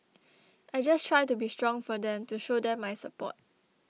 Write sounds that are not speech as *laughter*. *noise* I just try to be strong for them to show them my support